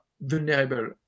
vulnerable